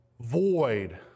void